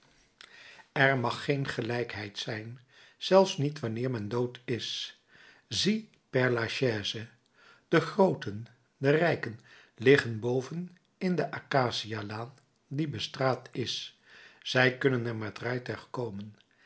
er mag geen gelijkheid zijn zelfs niet wanneer men dood is zie père lachaise de grooten de rijken liggen boven in de acacia laan die bestraat is zij kunnen er met